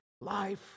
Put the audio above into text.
life